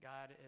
God